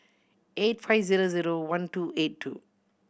eight five zero zero one two eight two